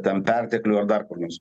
ten perteklių ar dar kur nors